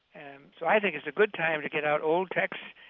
and so i think it's a good time to get out old texts,